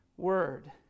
Word